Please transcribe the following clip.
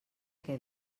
què